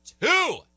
Two